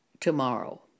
tomorrow